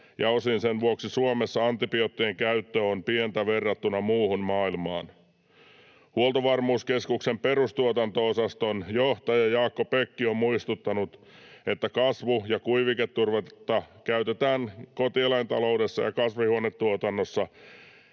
ja osin sen vuoksi Suomessa antibioottien käyttö on pientä verrattuna muuhun maailmaan. Huoltovarmuuskeskuksen perustuotanto-osaston johtaja Jaakko Pekki on muistuttanut, että kasvu‑ ja kuiviketurvetta käytetään kotieläintaloudessa ja kasvihuonetuotannossa